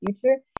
future